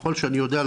ככל שאני יודע,